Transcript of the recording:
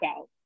out